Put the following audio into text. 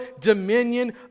dominion